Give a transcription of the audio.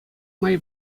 май